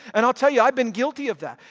and i'll tell you i've been guilty of that.